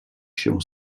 się